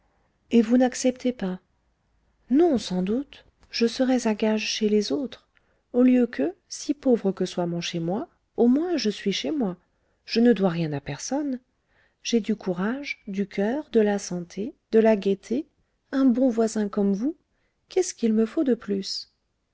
et vous n'acceptez pas non sans doute je serais à gages chez les autres au lieu que si pauvre que soit mon chez moi au moins je suis chez moi je ne dois rien à personne j'ai du courage du coeur de la santé de la gaieté un bon voisin comme vous qu'est-ce qu'il me faut de plus